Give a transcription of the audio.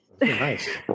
Nice